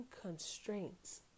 constraints